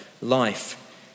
life